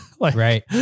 Right